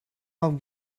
off